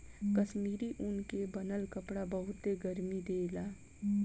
कश्मीरी ऊन के बनल कपड़ा बहुते गरमि देला